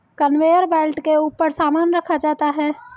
conveyor belt के ऊपर सामान रखा जाता है